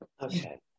okay